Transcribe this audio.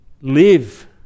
Live